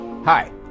Hi